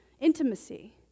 intimacy